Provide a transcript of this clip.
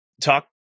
Talk